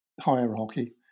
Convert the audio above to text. hierarchy